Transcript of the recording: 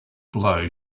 blow